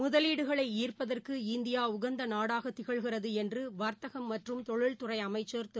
முதலீடுகளைஈ்ப்பதற்கு இந்தியாஉகந்தநாடாகதிகழ்கிறதுஎன்றுவர்த்தகமற்றும் தொழில்துறைஅமைச்சர் திரு